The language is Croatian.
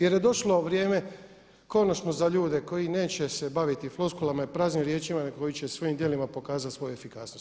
Jer je došlo vrijeme konačno za ljude koji neće se baviti floskulama i praznim riječima nego koji će svojim djelima pokazati svoju efikasnost.